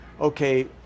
okay